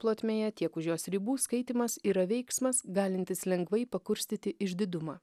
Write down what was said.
plotmėje tiek už jos ribų skaitymas yra veiksmas galintis lengvai pakurstyti išdidumą